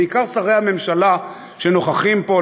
בעיקר שרי הממשלה שנוכחים פה,